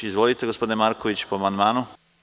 Izvolite gospodine Markoviću, po amandmanu.